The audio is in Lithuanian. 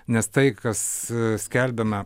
nes tai kas skelbiama